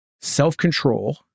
Self-control